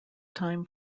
time